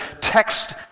text